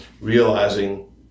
realizing